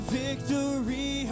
victory